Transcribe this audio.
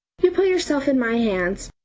you put yourself in my hands,